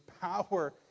power